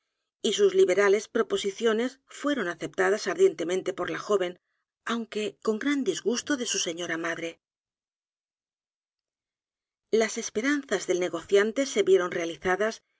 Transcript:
y sus liberales proposiciones fueron aceptadas ardientemente por la joven aunque con g r a n disgusto de su señora madre las esperanzas del negociante se vieron realizadas